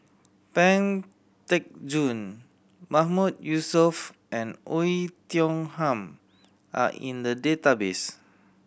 Pang Teck Joon Mahmood Yusof and Oei Tiong Ham are in the database